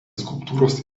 skulptūros